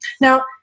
Now